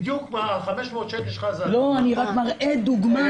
בדיוק ה-500 שקל שלך -- לא, אני רק מראה דוגמה.